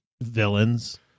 Villains